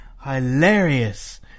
hilarious